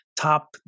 top